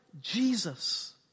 Jesus